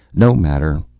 no matter,